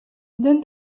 then